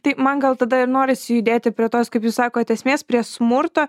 tai man gal tada ir norisi judėti prie tos kaip jūs sakot esmės prie smurto